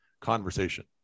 conversation